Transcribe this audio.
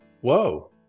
whoa